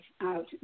out